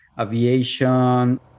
aviation